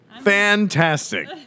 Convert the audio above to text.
Fantastic